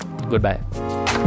goodbye